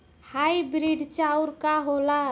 Hybrid चाउर का होला?